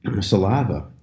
saliva